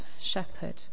shepherd